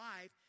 life